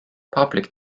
public